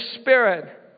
spirit